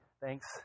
Thanks